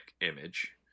image